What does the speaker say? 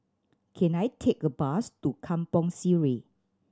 can I take a bus to Kampong Sireh